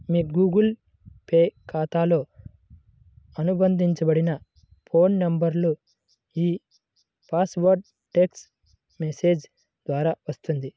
మీ Google Pay ఖాతాతో అనుబంధించబడిన phone నంబర్కు ఈ పాస్వర్డ్ టెక్ట్స్ మెసేజ్ ద్వారా వస్తుంది